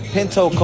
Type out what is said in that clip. Pinto